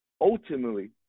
ultimately